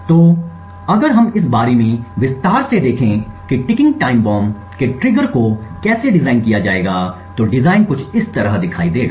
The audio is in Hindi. तो अगर हम इस बारे में विस्तार से देखें कि टीकिंग टाइम बम के ट्रिगर को कैसे डिज़ाइन किया जाएगा तो डिजाइन कुछ इस तरह दिखाई देगा